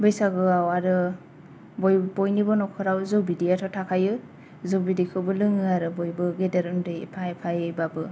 बैसागुआव आरो बय बयनिबो नख'राव जौ बिदैआथ' थाखायो जौ बिदैखौबो लोङो आरो बयबो गेदेर उन्दै एफा एफायै बाबो